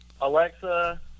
Alexa